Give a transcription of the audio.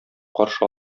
каршы